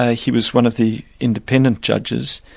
ah he was one of the independent judges,